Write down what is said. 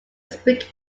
speak